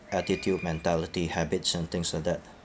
attitude mentality habits and things like that